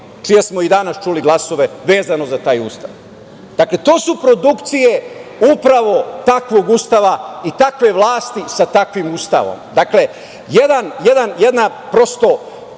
čije smo i danas čuli glasove vezano za taj Ustav. Dakle, to su produkcije upravo takvog Ustava i takve vlasti sa takvim Ustavom. Dakle, jedna moralno-politička